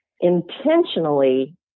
intentionally